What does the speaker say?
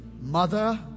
Mother